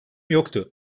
yoktu